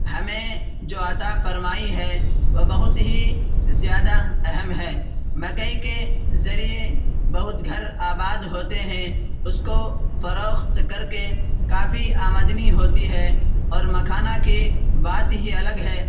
ہمیں جو عطا فرمائی ہے وہ بہت ہی زیادہ اہم ہے مکئی کے ذریعے بہت گھر آباد ہوتے ہیں اس کو فروخت کر کے کافی آمدنی ہوتی ہے اور مکھانہ کی بات ہی الگ ہے